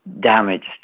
damaged